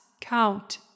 count